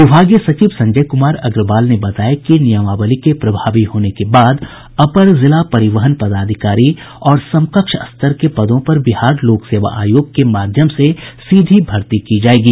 विभागीय सचिव संजय कुमार अग्रवाल ने बताया कि नियमावली के प्रभावी होने के बाद अपर जिला परिवहन पदाधिकारी और समकक्ष स्तर के पदों पर बिहार लोक सेवा आयोग के माध्यम से सीधी भर्ती की जायेगी